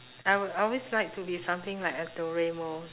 I would always like to be something like a doraemon